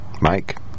Mike